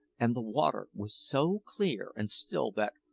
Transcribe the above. and the water was so clear and still that,